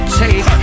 take